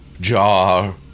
Jar